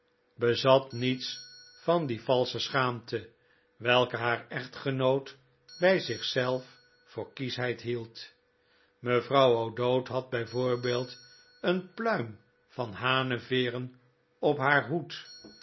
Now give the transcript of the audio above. bezat niets van die valsche schaamte welke haar echtgenoot bij zichzelf voor kieschheid hield mevrouw o'dowd had bijvoorbeeld een pluim van hanenveeren op haar hoed